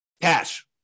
Cash